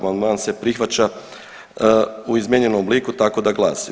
Amandman se prihvaća u izmijenjenom obliku tako da glasi.